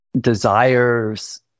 desires